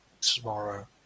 tomorrow